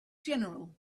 general